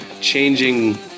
changing